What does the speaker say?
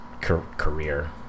career